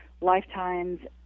lifetimes